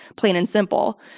plain and simple.